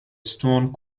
stone